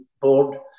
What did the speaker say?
board